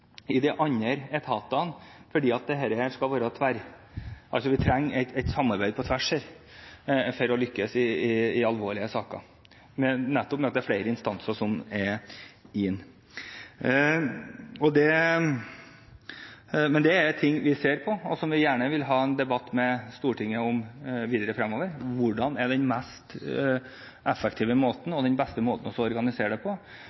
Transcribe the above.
i de andre etatene, for her trenger vi et samarbeid på tvers for å lykkes i alvorlige saker – nettopp ved at det er flere instanser som er inne. Men det er ting vi ser på, og som vi gjerne vil ha en debatt med Stortinget om videre fremover: Hva er den mest effektive måten og den beste måten å organisere det på?